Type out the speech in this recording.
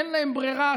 אין להם ברירה,